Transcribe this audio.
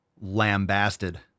lambasted